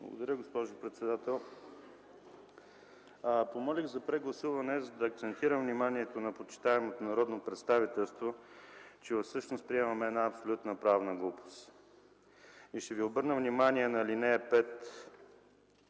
Благодаря, госпожо председател. Помолих за прегласуване, за да акцентирам вниманието на почитаемото народно представителство, че всъщност приемаме една абсолютна правна глупост. Ще ви обърна внимание на ал. 5